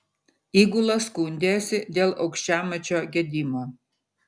įgula skundėsi dėl aukščiamačio gedimo